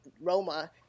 Roma